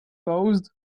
paused